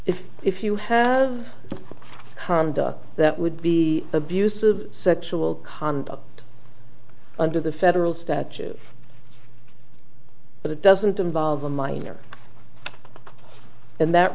if if you have conduct that would be abuse of sexual conduct under the federal statute but it doesn't involve a minor and that